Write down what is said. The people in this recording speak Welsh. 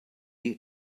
plant